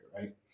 right